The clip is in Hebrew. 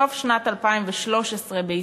סוף שנת 2013 בישראל,